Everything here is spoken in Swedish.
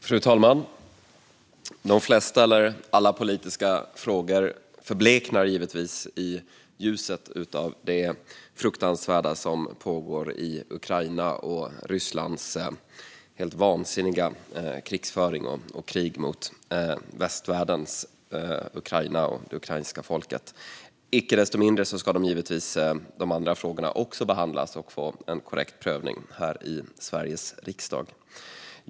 Fru talman! De flesta eller alla politiska frågor förbleknar givetvis i ljuset av det fruktansvärda som pågår i Ukraina och Rysslands helt vansinniga krigsföring och krig mot västvärldens Ukraina och det ukrainska folket. Icke desto mindre ska givetvis också de andra frågorna behandlas och få en korrekt prövning här i Sveriges riksdag.